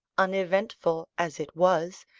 uneventful as it was,